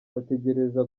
bategereza